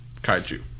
kaiju